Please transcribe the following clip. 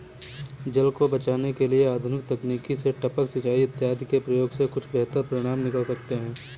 जल को बचाने के लिए आधुनिक तकनीक से टपक सिंचाई इत्यादि के प्रयोग से कुछ बेहतर परिणाम निकल सकते हैं